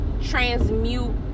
transmute